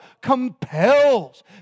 compels